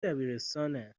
دبیرستانه